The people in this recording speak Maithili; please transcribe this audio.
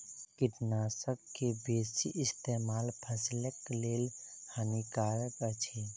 कीटनाशक के बेसी इस्तेमाल फसिलक लेल हानिकारक अछि